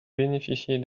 bénéficiez